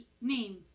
name